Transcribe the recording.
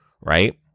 right